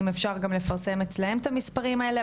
אם אפשר גם לפרסם אצלם את המספרים האלה,